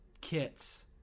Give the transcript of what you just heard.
kits